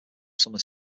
summer